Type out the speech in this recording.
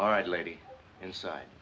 all right lady inside